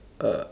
uh